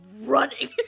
running